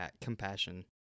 compassion